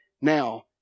Now